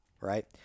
right